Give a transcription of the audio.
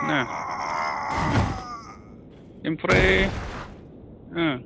ना ओमफ्राय